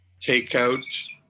takeout